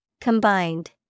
Combined